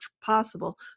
possible